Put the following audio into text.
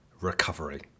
recovery